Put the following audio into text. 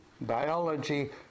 biology